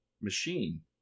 machine